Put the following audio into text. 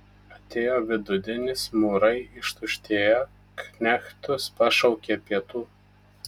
atėjo vidudienis mūrai ištuštėjo knechtus pašaukė pietų